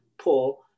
Paul